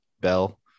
Bell